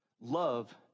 Love